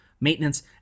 maintenance